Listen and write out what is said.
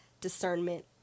discernment